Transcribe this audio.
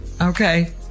Okay